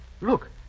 look